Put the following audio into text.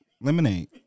lemonade